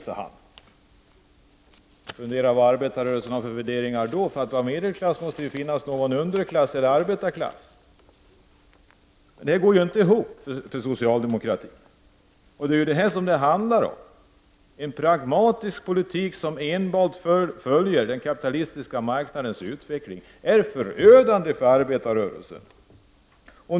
Man kan fundera på vilka värderingar arbetarrörelsen har då, eftersom det ju måste finnas någon underklass eller arbetarklass om det finns en medelklass. Men detta går ju inte ihop för socialdemokratin. Vad det handlar om är en pragmatisk politik som enbart följer den kapitalistiska marknadens utveckling, och en sådan är förödande för arbetarrörelsen.